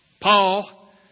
Paul